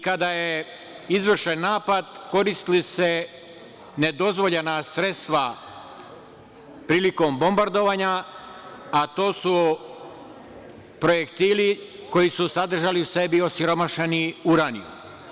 Kada je izvršen napad koristila su se nedozvoljena sredstva prilikom bombardovanja, a to su projektili koji su sadržali u sebi osiromašeni uranijum.